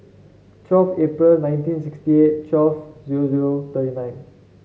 twelve April nineteen sixty eight twelve zero zero thirty nine